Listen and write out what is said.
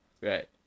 Right